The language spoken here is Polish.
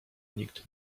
nikt